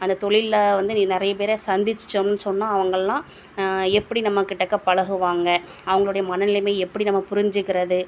அந்த தொழில்ல வந்து நீ நிறைய பேரை சந்தித்தோம்னு சொன்னால் அவங்கெல்லாம் எப்படி நம்மக்கிட்டக்க பழகுவாங்க அவங்களுடைய மனநிலைமை எப்படி நம்ம புரிஞ்சுக்கிறது